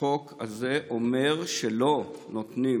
החוק הזה אומר שלא נותנים